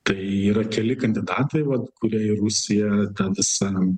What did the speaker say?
tai yra keli kandidatai vat kurie į rusiją tą visą